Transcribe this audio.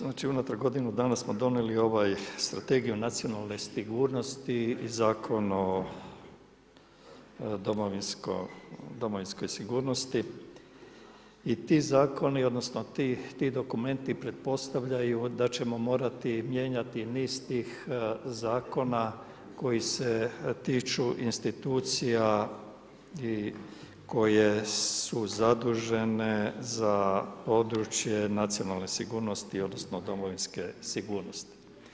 Znači unatrag godinu dana smo donijeli ovaj Strategiju nacionalne sigurnosti i Zakon o domovinskoj sigurnosti i ti zakoni odnosno ti dokumenti pretpostavljaju da ćemo morati mijenjati niz tih zakona koji se tiču institucija i koje su zadužene za područje nacionalne sigurnosti odnosno domovinske sigurnosti.